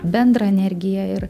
bendrą energiją ir